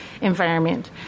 environment